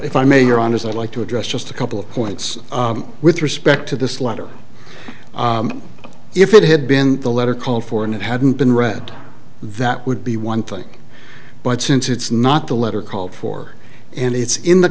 if i may or on as i'd like to address just a couple of points with respect to this letter if it had been the letter called for and it hadn't been read that would be one thing but since it's not the letter called for and it's in the